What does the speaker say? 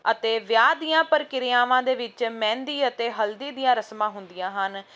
ਅਤੇ ਵਿਆਹ ਦੀਆਂ ਪ੍ਰਕਿਰਿਆਵਾਂ ਦੇ ਵਿੱਚ ਮਹਿੰਦੀ ਅਤੇ ਹਲਦੀ ਦੀਆਂ ਰਸਮਾਂ ਹੁੰਦੀਆਂ ਹਨ